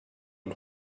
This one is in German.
und